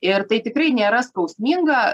ir tai tikrai nėra skausminga